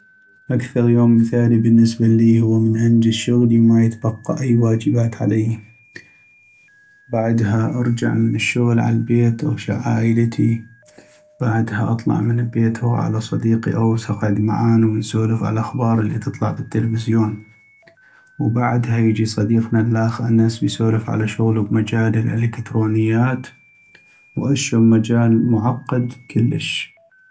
أكثغ يوم مثالي بالنسبة اللي هو من أنجز شغلي وما يتبقى اي واجبات عليي، بعدها ارجع من الشغل عالبيت اغشع عائلتي ، بعدها اطلع من البيت اغوح على صديقي اوس اقعد معانو ونسولف عالاخبار اللي تطلع بالتلفزيون ، وبعدها يجي صديقنا اللاخ انس ويسولف على شغلو بمجال الالكترونيات واشون مجال معقد كلش.